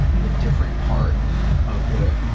and a different part of the,